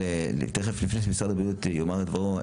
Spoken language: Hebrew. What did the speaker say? תיכף לפני שמשרד הבריאות יאמר את דברו,